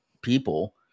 people